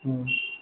ہوں